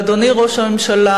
אדוני ראש הממשלה,